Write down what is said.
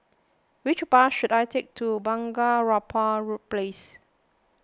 which bus should I take to Bunga Rampai Place